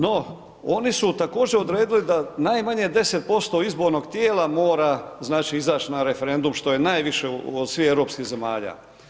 No oni su također odredili da najmanje 10% izbornog tijela mora izaći na referendum što je najviše od svih europskih zemalja.